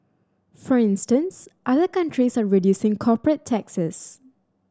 for instance other countries are reducing corporate taxes